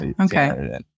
okay